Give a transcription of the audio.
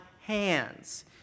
hands